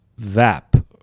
VAP